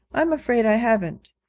i'm afraid i haven't.